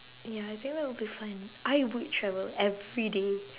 ya I think will be fun I would travel everyday